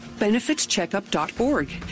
benefitscheckup.org